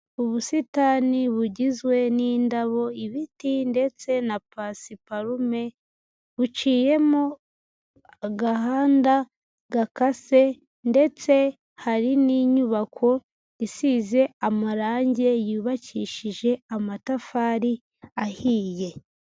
Ubusitani bugizwe n'indabo, ibiti ndetse na pasiparume buciyemo agahanda gakase ndetse hari n'inyubako isize amarange yubakishije amatafari ahiye.